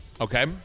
Okay